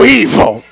evil